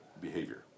behavior